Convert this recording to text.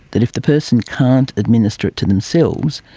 that if the person can't administer it to themselves,